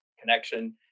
connection